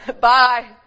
Bye